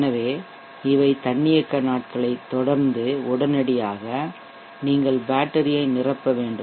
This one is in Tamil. எனவே இவை தன்னியக்க நாட்களைத் தொடர்ந்து உடனடியாக நீங்கள் பேட்டரியை நிரப்ப வேண்டும்